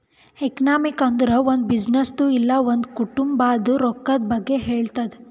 economy ಅಂದುರ್ ಒಂದ್ ಬಿಸಿನ್ನೆಸ್ದು ಇಲ್ಲ ಒಂದ್ ಕುಟುಂಬಾದ್ ರೊಕ್ಕಾ ಬಗ್ಗೆ ಹೇಳ್ತುದ್